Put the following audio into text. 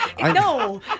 No